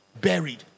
buried